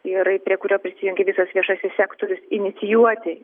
ir prie kurio prisijungė visas viešasis sektorius inicijuoti